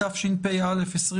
התשפ"א-2021.